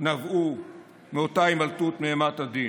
נבעו מאותה הימלטות מאימת הדין: